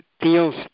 feels